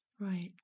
Right